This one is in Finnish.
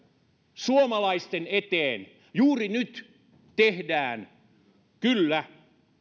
suomalaisten eteen juuri nyt tehdään kyllä